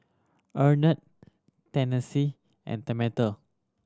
Arnett Tennessee and Tamatha